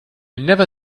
never